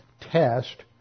test